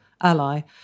ally